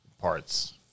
parts